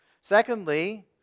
Secondly